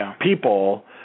people